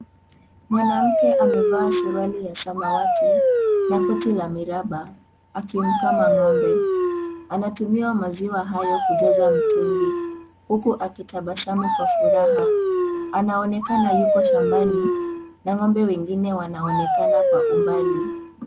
Mwanamke amevaa suruali ya samawati na koti ya miraba akimkama ng'ombe. Anatumia maziwa hayo kujaza mtungi huku akitabasamu kwa furaha. Anaonekana yuko shambani na ng'ombe wengine wanaonekana kwa umbali.